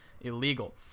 illegal